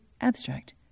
abstract